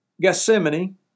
Gethsemane